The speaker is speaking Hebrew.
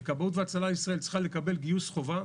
וכבאות והצלה ישראל צריכה לקבל גיוס חובה.